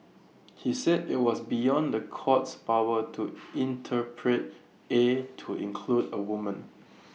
he said IT was beyond the court's power to interpret A to include A woman